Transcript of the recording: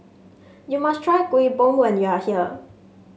you must try Kuih Bom when you are here